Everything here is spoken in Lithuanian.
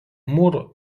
mūro